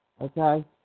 okay